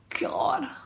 God